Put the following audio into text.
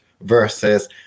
versus